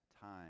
time